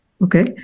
Okay